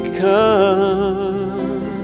come